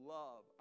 love